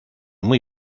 muy